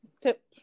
tip